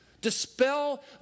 Dispel